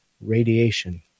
radiation